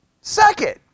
Second